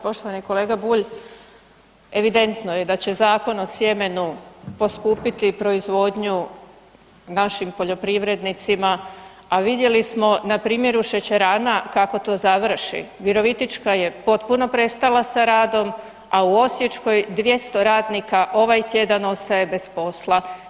Poštovani kolega Bulj, evidentno je da će Zakon o sjemenu poskupiti proizvodnju našim poljoprivrednicima, a vidjeli smo na primjeru šećerana kako to završi, virovitička je potpuno prestala sa radom, a u osječkoj 200 radnika ovaj tjedan ostaje bez posla.